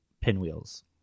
pinwheels